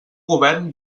govern